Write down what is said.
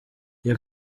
iyo